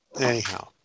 Anyhow